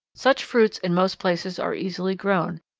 such fruits in most places are easily grown,